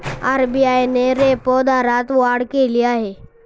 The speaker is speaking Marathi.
आर.बी.आय ने रेपो दरात वाढ केली आहे